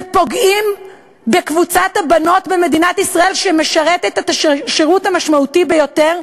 ופוגעים בקבוצת הבנות במדינת ישראל שמשרתת את השירות המשמעותי ביותר?